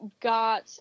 got